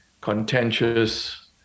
contentious